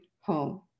home